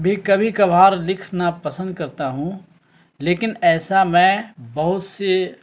بھی کبھی کبھار لکھنا پسند کرتا ہوں لیکن ایسا میں بہت سے